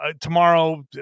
tomorrow